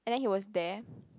and then he was there